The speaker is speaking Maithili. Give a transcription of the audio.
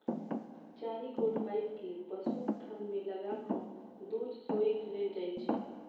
चारि गोट पाइप के पशुक थन मे लगा क दूध सोइख लेल जाइत छै